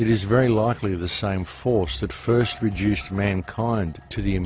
it is very likely the same force that first reduced mankind to the